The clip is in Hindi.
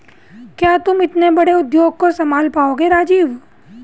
क्या तुम इतने बड़े उद्योग को संभाल पाओगे राजीव?